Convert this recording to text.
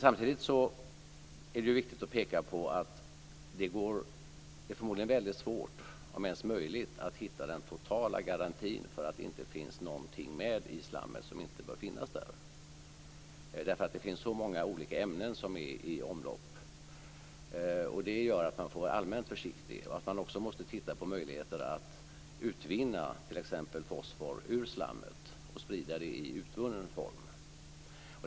Samtidigt är det viktigt att peka på att det förmodligen är väldigt svårt, om ens möjligt, att hitta den totala garantin för att det inte finns någonting med i slammet som inte bör finnas där. Det finns så många olika ämnen i omlopp, och det gör att man får vara allmänt försiktig. Man måste också titta närmare på möjligheter att utvinna t.ex. fosfor ur slammet och sprida det i utvunnen form.